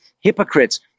hypocrites